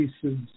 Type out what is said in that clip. pieces